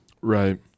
Right